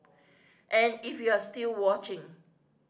and if you're still watching